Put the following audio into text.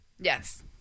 Yes